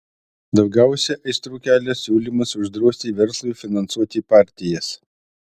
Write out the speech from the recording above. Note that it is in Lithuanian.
daugiausiai aistrų kelia siūlymas uždrausti verslui finansuoti partijas